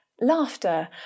laughter